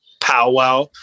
powwow